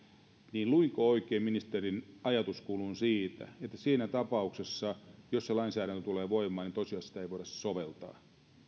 niin luinko oikein ministerin ajatuskulun siitä että siinä tapauksessa jos se lainsäädäntö tulee voimaan tosiasiassa sitä ei voida soveltaa